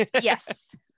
Yes